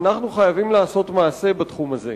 אנחנו חייבים לעשות מעשה בתחום הזה.